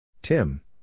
Tim